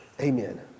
Amen